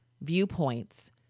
Viewpoints